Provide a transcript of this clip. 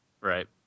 right